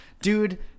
Dude